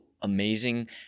amazing